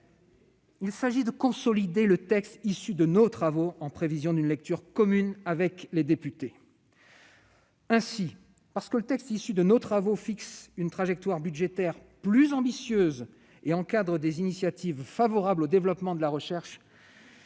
Il s'agit de consolider le texte issu de nos travaux en prévision d'une lecture commune avec les députés. Ainsi, parce que ce projet de loi fixe une trajectoire budgétaire plus ambitieuse et encadre des initiatives favorables audéveloppement de la recherche,